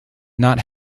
not